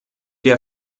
der